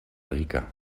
rica